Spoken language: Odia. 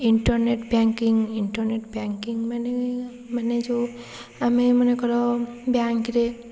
ଇଣ୍ଟରନେଟ୍ ବାଙ୍କିଙ୍ଗ୍ ଇଣ୍ଟରନେଟ୍ ବାଙ୍କିଙ୍ଗ୍ ମାନେ ମାନେ ଯେଉଁ ଆମେ ମନେକର ବ୍ୟାଙ୍କ୍ରେ